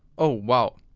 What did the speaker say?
oh wow.